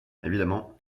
évidemment